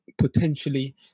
Potentially